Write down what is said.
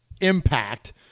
impact